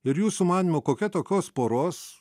ir jūsų manymu kokia tokios poros